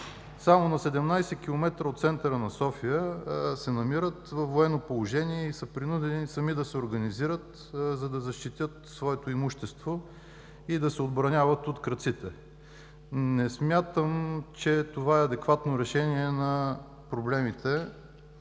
Само на 17 км от центъра на София се намират във военно положение и са принудени сами да се организират, за да защитят своето имущество и да се отбраняват от крадците. Не смятам, че това е адекватно решение на проблемите.